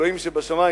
אלוהים שבשמים,